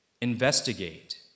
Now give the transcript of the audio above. investigate